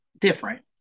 different